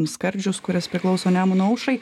skardžius kuris priklauso nemuno aušrai